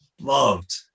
loved